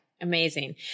Amazing